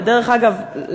ודרך אגב,